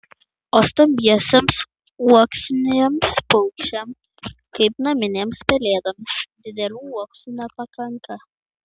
o stambiesiems uoksiniams paukščiams kaip naminėms pelėdoms didelių uoksų nepakanka